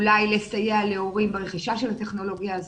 אולי לסייע להורים ברכישה של הטכנולוגיה הזאת.